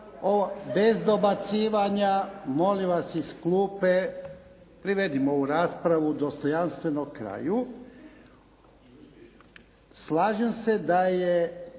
Bez dobacivanja molim vas iz klupe! Privedimo ovu raspravu dostojanstveno kraju. Slažem se da je